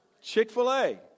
Chick-fil-A